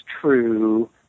true